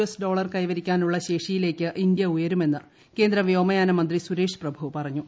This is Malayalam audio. എസ് ഡോളർ കൈവരിക്കാനുള്ള ശേഷിയിലേയ്ക്ക് ഇന്ത്യ ഉയരുമെന്ന് കേന്ദ്ര വ്യോമയാനമന്ത്രി സുരേഷ് പ്രഭു പറഞ്ഞു